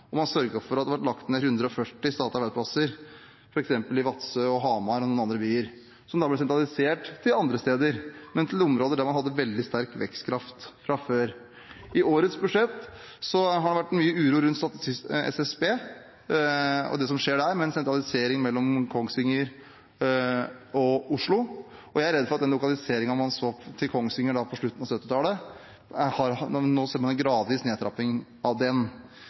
og man sørget for at det ble lagt ned 140 statlige arbeidsplasser, f.eks. i Vadsø og Hamar og noen andre byer, som da ble sentralisert til andre steder, men til områder der man hadde veldig sterk vekstkraft fra før. I årets budsjett har det vært mye uro rundt Statistisk sentralbyrå, SSB, og det som skjer der, med en sentralisering mellom Kongsvinger og Oslo. Jeg er redd for at den lokaliseringen man så til Kongsvinger på slutten av 1970-tallet, ser man nå en gradvis nedtrapping av.